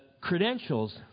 credentials